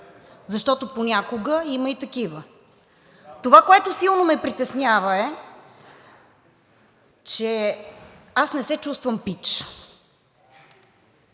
защото понякога има и такива. Това, което силно ме притеснява, е, че аз не се чувствам пич